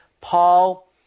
Paul